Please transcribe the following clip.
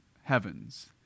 heavens